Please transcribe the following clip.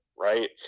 right